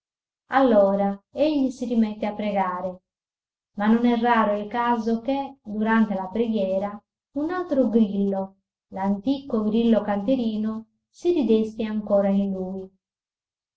allora egli si rimette a pregare ma non è raro il caso che durante la preghiera un altro grillo l'antico grillo canterino si ridesti ancora in lui